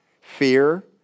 fear